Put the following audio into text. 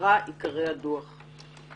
בקצרה עיקרי הדוח.